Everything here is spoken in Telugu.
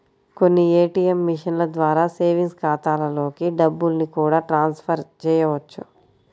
కొన్ని ఏ.టీ.యం మిషన్ల ద్వారా సేవింగ్స్ ఖాతాలలోకి డబ్బుల్ని కూడా ట్రాన్స్ ఫర్ చేయవచ్చు